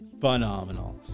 Phenomenal